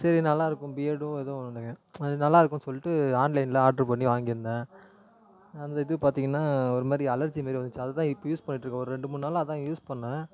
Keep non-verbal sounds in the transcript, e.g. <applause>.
சரி நல்லா இருக்கும் பியர்டும் அதுவும் <unintelligible> அது நல்லா இருக்கும் சொல்லிட்டு ஆன்லைனில் ஆட்ரு பண்ணி வாங்கிருந்தேன் அந்த இது பார்த்திங்கன்னா ஒரு மாதிரி அலர்ஜி மாதிரி வந்துச்சி அதுதான் இப்போ யூஸ் பண்ணிட்டுருக்கேன் ஒரு ரெண்டு மூணு நாளாக அதான் யூஸ் பண்ணிணேன்